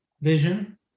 vision